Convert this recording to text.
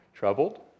Troubled